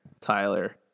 Tyler